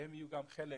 שהם יהיו גם חלק